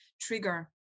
trigger